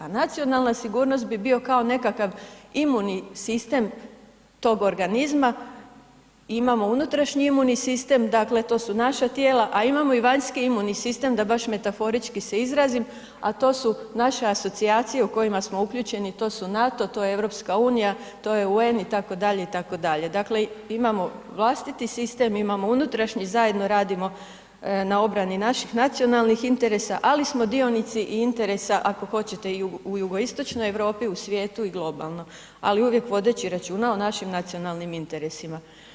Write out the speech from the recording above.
A nacionalna sigurnost bi bio kako nekakav imuni sistem tog organizma i imamo unutrašnji imuni sistem dakle to su naša tijela, a imamo i vanjski imuni sistem da baš metaforički se izrazim, a to su naše asocijacije u kojima smo uključeni to su NATO, to je EU, to je UN itd., itd., dakle imamo vlastiti sistem imamo unutrašnji, zajedno radimo na obrani naših nacionalnih interesa, ali smo dionici i interesa ako hoćete i u Jugoistočnoj Europi, u svijetu i globalno, ali uvijek vodeći računa o našim nacionalnim interesima.